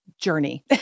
journey